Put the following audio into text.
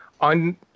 on